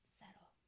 settle